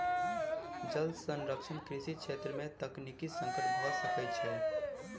जल संरक्षण कृषि छेत्र में तकनीकी संकट भ सकै छै